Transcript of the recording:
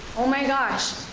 oh my gosh,